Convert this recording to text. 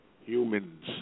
humans